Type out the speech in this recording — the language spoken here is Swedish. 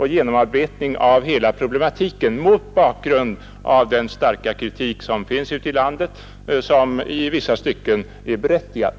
genomarbetning av hela problematiken mot bakgrund av den starka kritik som finns ute i landet och som i vissa stycken är berättigad.